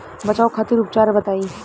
बचाव खातिर उपचार बताई?